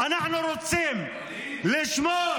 אנחנו רוצים לשמור